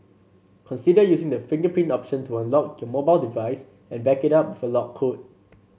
consider using the fingerprint option to unlock your mobile device and back it up for lock code